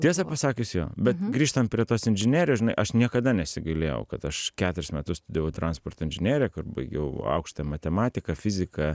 tiesa pasakius jo bet grįžtant prie tos inžinerijos žinai aš niekada nesigailėjau kad aš keturis metus studijavau transporto inžineriją kur baigiau aukštąją matematiką fiziką